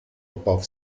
above